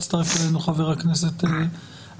הצטרף אלינו חבר הכנסת האוזר.